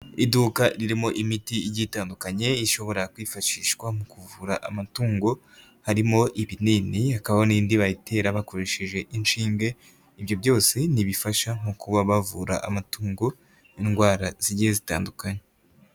Iduka ririmo imiti igitandukanye ishobora kwifashishwa mu kuvura amatungo, harimo ibinini hakaba n'indi bayitera bakoresheje inshinge, ibyo byose ni ibifasha mu kuba bavura amatungo indwara zigiye zitandukanye.